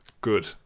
good